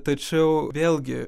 tačiau vėlgi